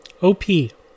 Op